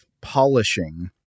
polishing